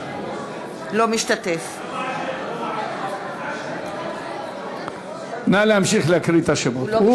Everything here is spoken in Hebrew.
אינו משתתף בהצבעה נא להמשיך להקריא את השמות.